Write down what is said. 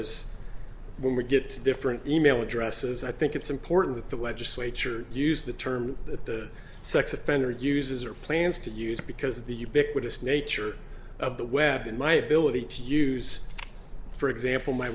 as when we get different email addresses i think it's important that the legislature use the term that the sex offender uses or plans to use because the ubiquitous nature of the web and my ability to use for example my